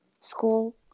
School